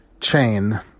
chain